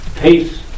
peace